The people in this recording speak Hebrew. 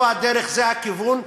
זו הדרך, זה הכיוון.